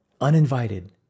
uninvited